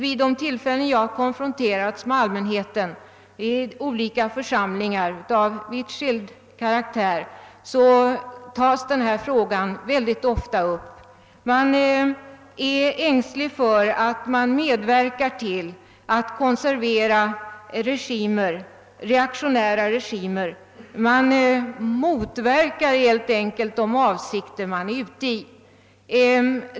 Vid de tillfällen då jag konfronteras med allmänheten i skilda församlingar av olika karaktär tas den här frågan ofta upp. Man är ängslig för att vi medverkar till att konservera reaktionära regimer och att vi helt enkelt motverkar de avsikter vi har.